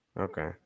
Okay